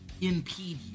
impede